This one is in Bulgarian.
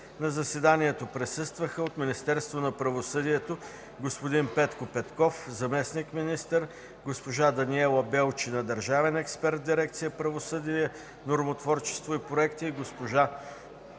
На заседанието присъстваха от Министерството на правосъдието господин Петко Петков – заместник-министър, госпожа Даниела Белчина – държавен експерт в дирекция „Правосъдие, нормотворчество и проекти”, и госпожа